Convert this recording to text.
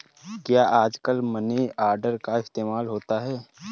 क्या आजकल money order का इस्तेमाल होता है?